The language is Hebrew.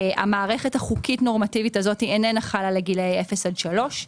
המערכת החוקית נורמטיבית הזאת איננה חלה לגילאי אפס עד שלוש.